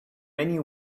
many